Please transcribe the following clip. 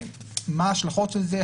מה השלכות של זה.